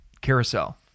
carousel